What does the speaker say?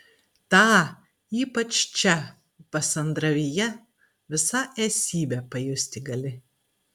tą ypač čia pasandravyje visa esybe pajusti gali